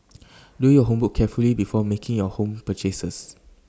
do your homework carefully before making your home purchases